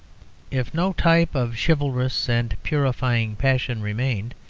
if no type of chivalrous and purifying passion remained,